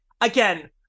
Again